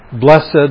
blessed